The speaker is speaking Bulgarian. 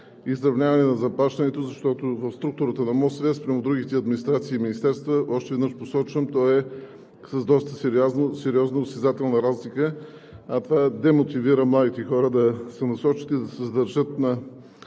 изравняване на заплащането, защото в структурата на МОСВ спрямо другите администрации и министерства, още веднъж посочвам – то е с доста сериозно осезателна разлика, а това демотивира младите хора да се насочат и да се задържат на